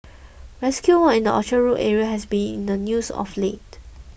rescue work in the Orchard Road area has been in the news of late